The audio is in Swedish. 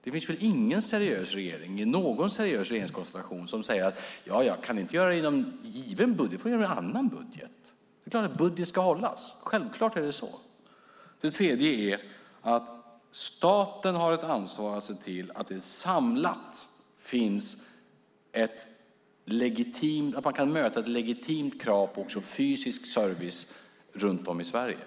Det finns väl ingen seriös regering i någon seriös regeringskonstellation som säger: Ja, ja, kan ni inte göra det inom given budget får ni göra det inom en annan budget. En budget ska hållas - självklart! För det tredje har staten ett ansvar att se till att man kan möta ett legitimt krav också på fysisk service runt om i Sverige.